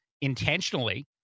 intentionally